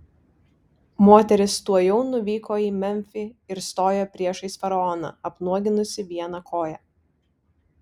moteris tuojau nuvyko į memfį ir stojo priešais faraoną apnuoginusi vieną koją